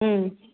ம்